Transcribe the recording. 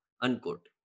unquote